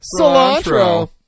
Cilantro